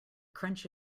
crunch